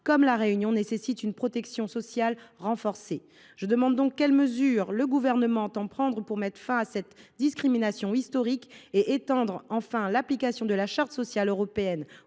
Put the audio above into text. notamment La Réunion, nécessitent une protection sociale renforcée. Quelles mesures le Gouvernement entend il prendre pour mettre fin à cette discrimination historique et pour étendre enfin l’application de la Charte sociale européenne